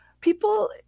people